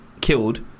killed